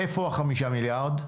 איפה החמישה מיליארד?